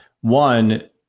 One